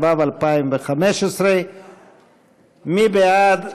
התשע"ו 2015. מי בעד?